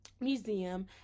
Museum